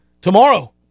tomorrow